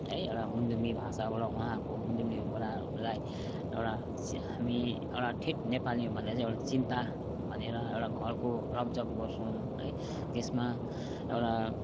है एउटा मुन्धुमी भाषाबाट उहाँहरूको मुन्धुमीहरूबाट हामीलाई एउटा हामी एउटा ठेट नेपालीमा भन्दा चाहिँ एउटा चिन्ता भनेर एउटा घरको रपजप गर्छौँ है त्यसमा एउटा